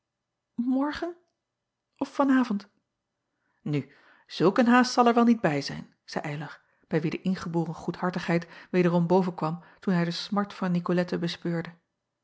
morgen of van avond u zulk een haast zal er wel niet bij zijn zeî ylar bij wien de ingeboren goedhartigheid wederom bovenkwam toen hij de smart van icolette bespeurde